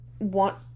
want